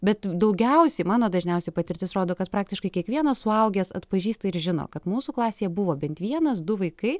bet daugiausiai mano dažniausiai patirtis rodo kad praktiškai kiekvienas suaugęs atpažįsta ir žino kad mūsų klasėje buvo bent vienas du vaikai